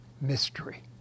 mystery